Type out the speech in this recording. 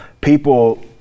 people